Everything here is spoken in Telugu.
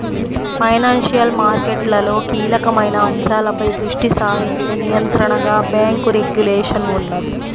ఫైనాన్షియల్ మార్కెట్లలో కీలకమైన అంశాలపై దృష్టి సారించే నియంత్రణగా బ్యేంకు రెగ్యులేషన్ ఉన్నది